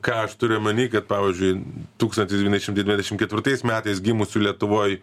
ką aš turiu omeny kad pavyzdžiui tūkstantis devyni šimtai devyniasdešim ketvirtais metais gimusių lietuvoj